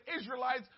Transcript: Israelites